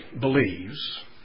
believes